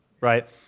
right